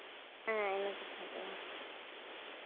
ᱦᱮᱸ ᱤᱱᱟᱹ ᱠᱟᱛᱷᱟᱜᱮ